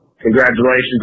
Congratulations